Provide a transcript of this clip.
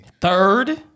Third